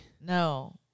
No